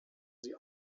sie